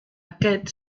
aquest